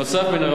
נוסף על כך,